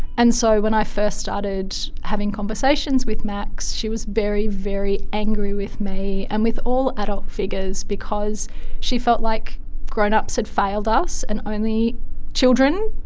and so when i first started having conversations with max, she was very, very angry with me and with all adult figures because she felt like grown-ups had failed us and only children,